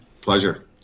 Pleasure